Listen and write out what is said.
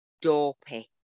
dopey